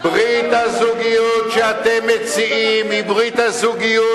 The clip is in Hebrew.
ברית הזוגיות שאתם מציעים היא ברית הזוגיות